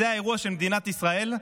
זה האירוע של מדינת ישראל,